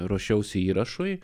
ruošiausi įrašui